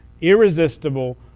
irresistible